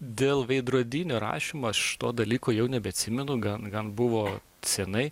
dėl veidrodinio rašymo aš to dalyko jau nebeatsimenu gan gan buvo seniai